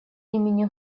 имени